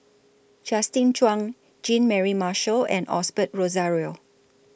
Justin Zhuang Jean Mary Marshall and Osbert Rozario